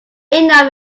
enough